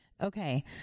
Okay